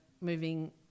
moving